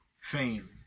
Fame